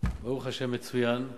ברוך השם מצוין,